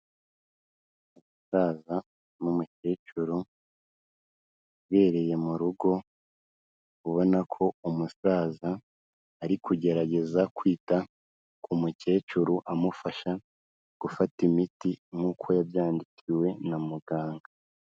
Umusaza n'umukecuru bibereye mu rugo, ubona ko umusaza ari kugerageza kwita ku mukecuru amufasha gufata imiti nk'uko yabyandikiwe na muganga.